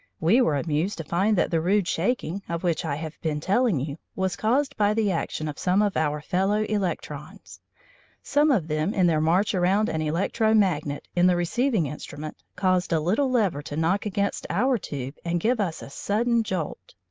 we were amused to find that the rude shaking, of which i have been telling you, was caused by the action of some of our fellow-electrons. some of them in their march around an electro-magnet in the receiving instrument caused a little lever to knock against our tube and give us a sudden jolt.